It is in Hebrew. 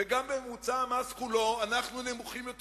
וגם בממוצע המס כולו אנחנו נמוכים יותר